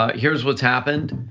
ah here's what's happened.